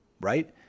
right